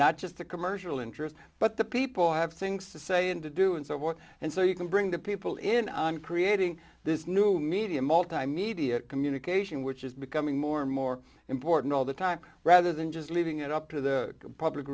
not just the commercial interests but the people have things to say and to do and so what and so you can bring the people in on creating this new medium multimedia communication which is becoming more and more important all the time rather than just leaving it up to the public